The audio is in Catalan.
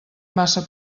massa